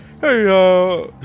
hey